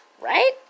Right